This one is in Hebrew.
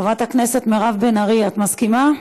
חברת הכנסת מירב בן ארי, את מסכימה?